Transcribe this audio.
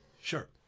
Sure